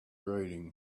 reading